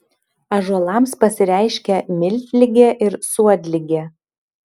ąžuolams pasireiškia miltligė ir suodligė